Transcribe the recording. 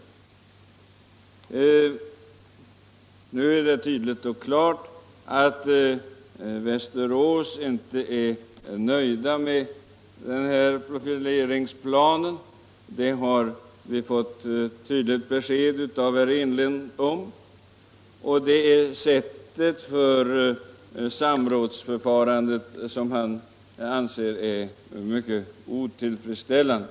Det är emellertid tydligt att man i Västerås inte är nöjd med den här profileringsplanen. Det har vi fått klart besked om av herr Enlund. Det är själva samrådsförfarandet som herr Enlund anser vara mycket otillfredsställande.